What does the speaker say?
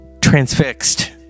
Transfixed